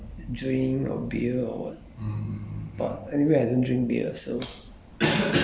but my friends already eaten so they just have like drink or beer or what